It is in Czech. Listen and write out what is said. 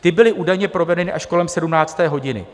Ty byly údajně provedeny až kolem 17. hodiny.